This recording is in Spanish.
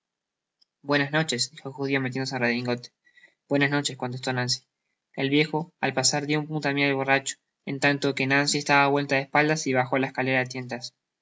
buenas noches dijo el judio metiéndose el redingote buenas noches i contestó nancy el viejo al pasar dió un puntapié a borracho en tanto que nancy estaba vuelta de espaldas y bajo la escalera á